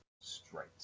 straight